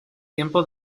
tiempo